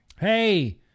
Hey